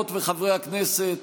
חברות וחברי הכנסת,